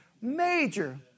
major